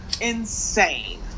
insane